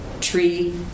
tree